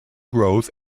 growth